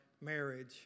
marriage